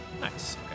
Nice